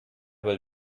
will